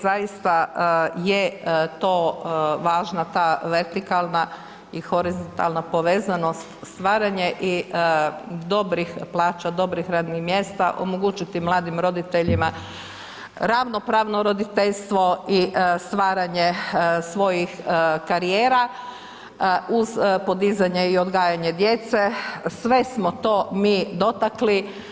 Zaista je važna ta vertikalna i horizontalna povezanost, stvaranje dobrih plaća, dobrih radnih mjesta omogućiti mladim roditeljima ravnopravno roditeljstvo i stvaranje svojih karijera uz podizanje i odgajanje djece sve smo to mi dotakli.